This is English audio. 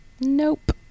Nope